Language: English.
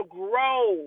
grow